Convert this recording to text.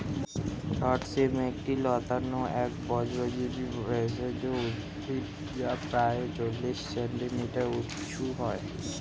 মথ শিম একটি লতানো একবর্ষজীবি ভেষজ উদ্ভিদ যা প্রায় চল্লিশ সেন্টিমিটার উঁচু হয়